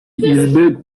izby